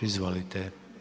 Izvolite.